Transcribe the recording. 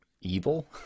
evil